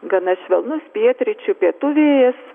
gana švelnus pietryčių pietų vėjas